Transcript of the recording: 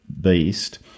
beast